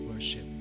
Worship